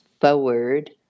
forward